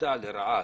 מופתע לרעה.